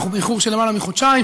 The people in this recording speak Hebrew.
ואנחנו באיחור של למעלה מחודשיים.